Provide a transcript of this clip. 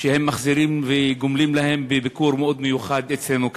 שהם מחזירים וגומלים להם בביקור מאוד מיוחד אצלנו כאן.